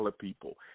people